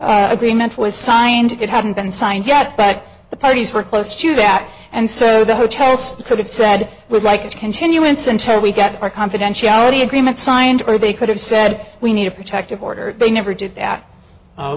agreement was signed it hadn't been signed yet back the parties were close to that and so the hotel could have said we'd like its continuance until we get our confidentiality agreement signed or they could have said we need a protective order they never did that